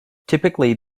typically